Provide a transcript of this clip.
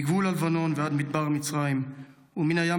מגבול הלבנון ועד מדבר מצרים ומן הים